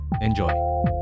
Enjoy